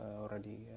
already